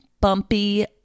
bumpy